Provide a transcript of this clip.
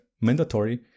mandatory